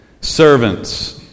Servants